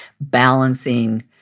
balancing